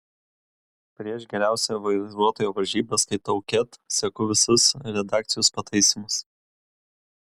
prieš geriausio vairuotojo varžybas skaitau ket seku visus redakcijos pataisymus